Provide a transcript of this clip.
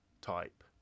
type